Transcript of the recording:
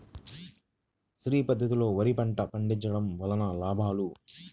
శ్రీ పద్ధతిలో వరి పంట పండించడం వలన లాభాలు?